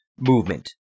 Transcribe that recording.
movement